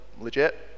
legit